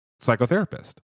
psychotherapist